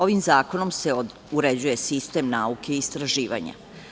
Ovim zakonom se uređuje sistem nauke i istraživanja.